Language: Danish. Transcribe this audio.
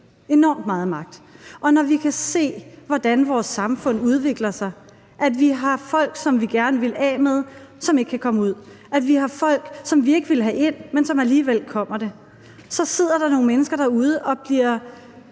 enormt meget magt. Og når vi kan se, hvordan vores samfund udvikler sig, i forhold til at vi har folk, som vi gerne vil af med, men som ikke kan komme ud, og at vi har folk, som vi ikke vil have ind, men som alligevel kommer det, så sidder der nogle mennesker derude, som måske